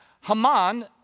Haman